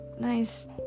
nice